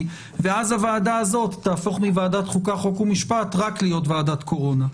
ואז הוועדה הזאת תהפוך מוועדת חוקה חוק ומשפט להיות רק ועדת קורונה.